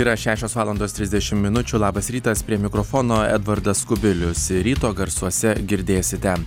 yra šešios valandos trisdešim minučių labas rytas prie mikrofono edvardas kubilius ir ryto garsuose girdėsite